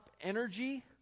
energy